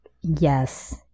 yes